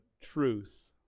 truth